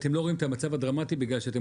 אתם לא רואים את המצב הדרמטי בגלל שאתם